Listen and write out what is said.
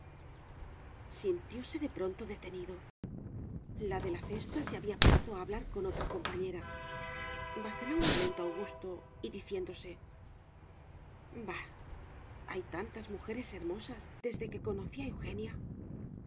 sintióse de pronto detenido la de la cesta se había parado a hablar con otra compañera vaciló un momento augusto y diciéndose bah hay tantas mujeres hermosas desde que conocí